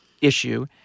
issue